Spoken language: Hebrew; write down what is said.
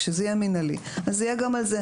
כשזה יהיה מינהלי אז יהיה גם על זה.